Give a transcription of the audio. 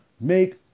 make